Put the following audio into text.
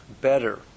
better